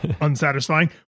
unsatisfying